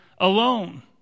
alone